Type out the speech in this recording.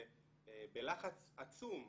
ובלחץ עצום,